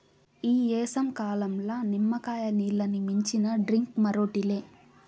ఈ ఏసంకాలంల నిమ్మకాయ నీల్లని మించిన డ్రింక్ మరోటి లే